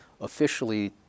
Officially